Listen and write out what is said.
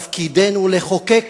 תפקידנו לחוקק,